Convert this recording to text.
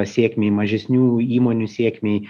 sėkmei mažesnių įmonių sėkmei